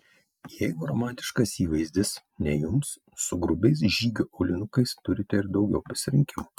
jeigu romantiškas įvaizdis ne jums su grubiais žygio aulinukais turite ir daugiau pasirinkimų